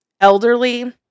elderly